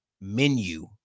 menu